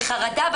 בחרדה.